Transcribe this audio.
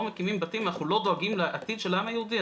מקימים בתים ולא דואגים לעתיד של העם היהודי.